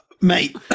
Mate